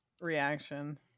reaction